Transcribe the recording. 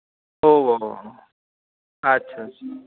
ᱳ ᱦᱳ ᱦᱳ ᱟᱪᱪᱷᱟ ᱪᱟᱪᱷᱟ